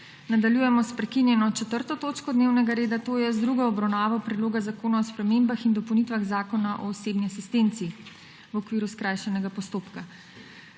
**Nadaljujemo s prekinjeno 4. točko dnevnega reda, to je z drugo obravnavo Predloga zakona o spremembah in dopolnitvah Zakona o osebni asistenci v okviru skrajšanega postopka.**